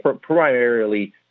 primarily